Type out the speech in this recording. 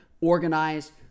organized